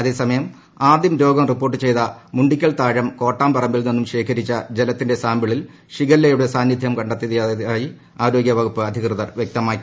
അതേസമയം ആദ്യം രോഗം റിപ്പോർട്ട് പ്രെയ്ത മുണ്ടിക്കൽത്താഴം കോട്ടാംപ്പറമ്പിൽ നിന്നും ശേഖരിച്ചു ് ജലത്തിന്റെ സാമ്പിളിൽ ഷിഗെല്ലയുടെ സാന്നിധ്യം ക്ക്ണ്ടത്തിയതായി ആരോഗ്യവകുപ്പ് അധികൃതർ വ്യക്തമാക്കി